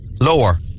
Lower